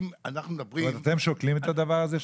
אתם שוקלים את הדבר הזה,